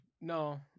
No